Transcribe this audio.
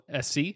SC